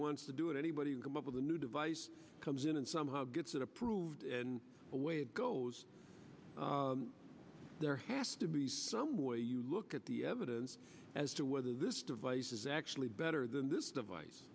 wants to do it anybody can come up with a new device comes in and somehow gets it approved and the way it goes there has to be some way you look at the evidence as to whether this device it's actually better than this device